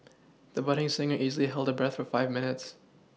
the budding singer easily held her breath for five minutes